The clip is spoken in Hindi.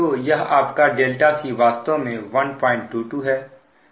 तो यह आपका c वास्तव में 122 है